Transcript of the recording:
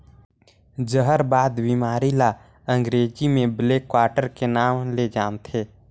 जहरबाद बेमारी ल अंगरेजी में ब्लैक क्वार्टर के नांव ले जानथे